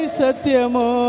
satyamo